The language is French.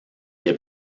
des